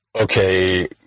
okay